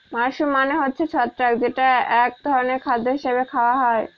mushroom মানে হচ্ছে ছত্রাক যেটা এক ধরনের খাদ্য হিসাবে খাওয়া হয়